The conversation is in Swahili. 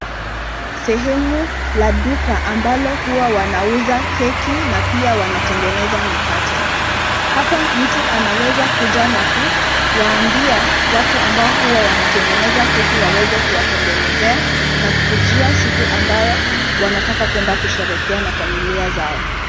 Sehemu la duka ambalo huwa wanauza keki na pia wanatengeneza mikate, hapa mtu anaweza kuja na kuwaambia watu ambao huwa wanatengeneza keki waweze kuwatengenezea na kujia siku ambayo wanataka kuenda kusherekea na familia zao.